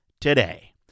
today